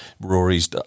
Rory's